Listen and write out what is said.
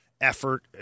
effort